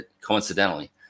coincidentally